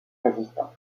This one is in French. résistant